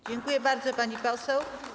Dziękuję bardzo, pani poseł.